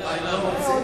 הנושא לוועדה.